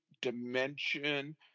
dimension